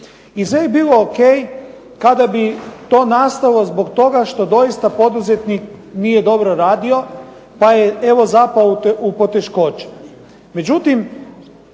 I sve bi bilo o.k. kada bi to nastalo zbog toga što doista poduzetnik nije dobro radio, pa je evo zapeo u poteškoće.